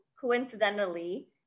coincidentally